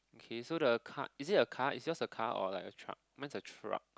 okay so the car is it a car is yours a car or like a truck mine is a truck